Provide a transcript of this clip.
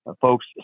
folks